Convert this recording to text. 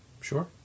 Sure